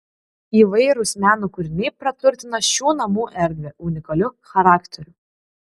įvairūs meno kūriniai praturtina šių namų erdvę unikaliu charakteriu